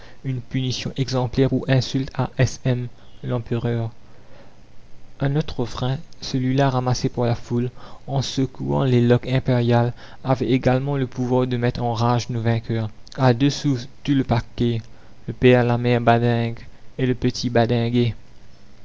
une punition exemplaire pour insulte à s m l'empereur un autre refrain celui-là ramassé par la foule en secouant les loques impériales avait également le pouvoir de mettre en rage nos vainqueurs a deux sous tout l paquet l pèr la mèr badingue et l petit